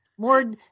More